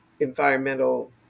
environmental